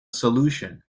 solution